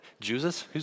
Jesus